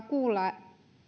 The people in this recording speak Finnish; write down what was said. kuulla